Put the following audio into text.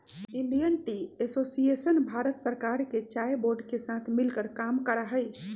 Indian tea association भारत सरकार के चाय बोर्ड के साथ मिलकर काम करा हई